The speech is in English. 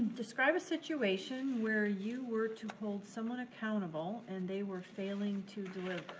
describe a situation where you were to hold someone accountable and they were failing to deliver.